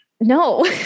no